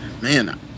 man